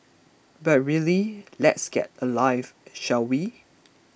but really let's get a life shall we